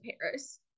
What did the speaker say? Paris